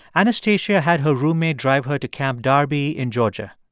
anastasia had her roommate drive her to camp darby in georgia.